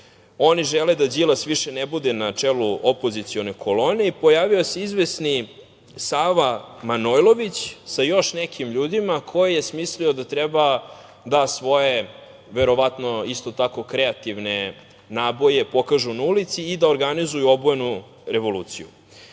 žele da Đilas više ne bude na čelu opozicione kolone i pojavio se izvesni Sava Manojlović sa još nekim ljudima, ko je smislio da treba da svoje, verovatno isto tako kreativne naboje pokažu na ulici i da organizuju obojenu revoluciju.